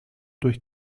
durch